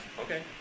Okay